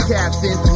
Captain